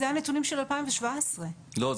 אלה הנתונים של 2017. לא,